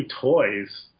toys